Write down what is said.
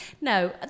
no